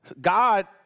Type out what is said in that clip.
God—